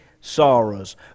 sorrows